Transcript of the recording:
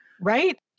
Right